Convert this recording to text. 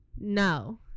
No